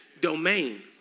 domain